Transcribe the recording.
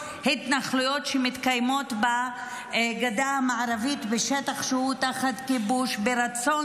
התנחלויות שמתקיימות בגדה מערבית בשטח שהוא תחת כיבוש ברצון,